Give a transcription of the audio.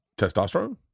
Testosterone